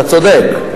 אתה צודק.